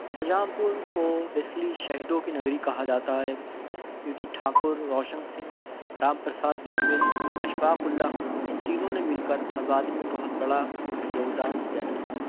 شاہ جہاں پور کو بیسکلی شہیدوں کی نگری کہا جاتا ہے کیونکہ ٹھاکر روشن سنگھ رام پرساد بسمل اشفاق اللہ خان ان تینوں نے مل کر آزادی میں بہت بڑا یوگدان دیا تھا